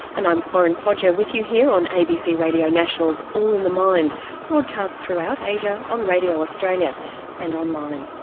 and i'm corinne podger with you here on abc radio national's all in the mind broadcast throughout asia on radio australia and online.